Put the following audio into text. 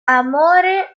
amore